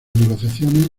negociaciones